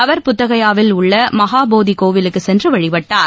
அவர் புத்தகயாவில் உள்ள மகாபோதி கோவிலுக்கு சென்று வழிபட்டார்